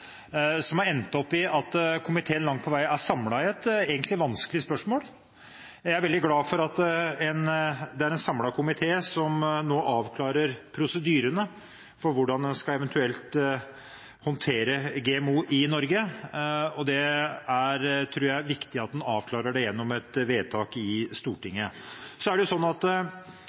som har endt opp med at komiteen langt på vei er samlet i et egentlig vanskelig spørsmål. Jeg er veldig glad for at det er en samlet komité som nå avklarer prosedyrene for hvordan en skal eventuelt håndtere GMO i Norge, og jeg tror det er viktig å avklare det gjennom et vedtak i